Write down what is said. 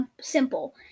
simple